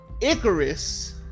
Icarus